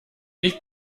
ich